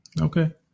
okay